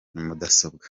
mudasobwa